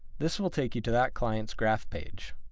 this will take you to that client's graph page.